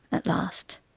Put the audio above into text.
at last.